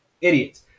idiots